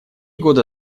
года